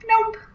nope